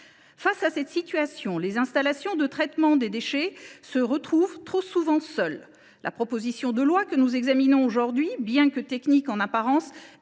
Face à cette situation, les gestionnaires des installations de traitement des déchets se retrouvent trop souvent seuls. La proposition de loi que nous examinons aujourd’hui, bien que technique en apparence,